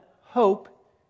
hope